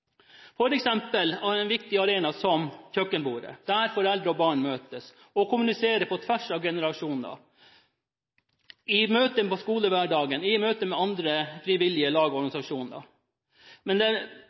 En viktig arena er f.eks. rundt kjøkkenbordet, der foreldre og barn møtes, og å kommunisere på tvers av generasjoner i møte med skolehverdagen, i møte med frivillige